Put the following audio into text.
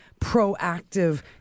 proactive